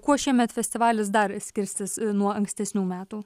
kuo šiemet festivalis dar skirsis nuo ankstesnių metų